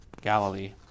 Galilee